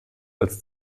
als